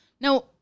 Now